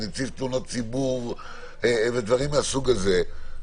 נציב תלונות ציבור ודברים מהסוג הזה,